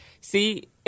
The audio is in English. See